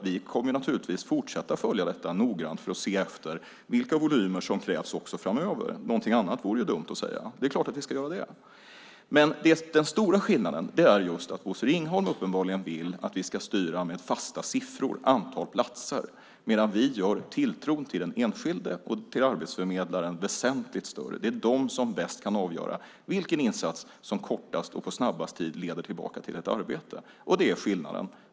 Vi kommer naturligtvis att fortsätta att följa detta noggrant för att se vilka volymer som krävs också framöver. Någonting annat vore dumt att säga. Det är klart att vi ska göra det. Men den stora skillnaden är att Bosse Ringholm uppenbarligen vill att vi ska styra antalet platser med fasta siffror, medan vi har väsentligt större tilltro till den enskilde och till arbetsförmedlaren. Det är de som bäst kan avgöra vilken insats som snabbast leder tillbaka till ett arbete. Det är skillnaden.